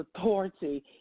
authority